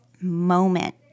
moment